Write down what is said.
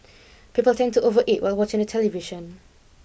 people tend to overeat while watching the television